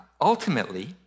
Ultimately